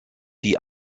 die